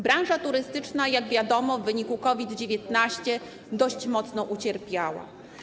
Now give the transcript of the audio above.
Branża turystyczna, jak wiadomo, w wyniku COVID-19 dość mocno ucierpiała.